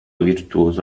virtuoso